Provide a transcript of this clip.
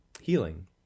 healing